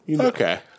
Okay